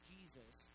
Jesus